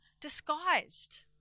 disguised